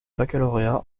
baccalauréat